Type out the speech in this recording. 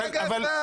לא, רגע אחד.